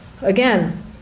Again